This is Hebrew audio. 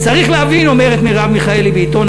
"צריך להבין" אומרת מרב מיכאלי בעיתון